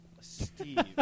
Steve